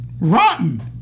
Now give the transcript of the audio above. rotten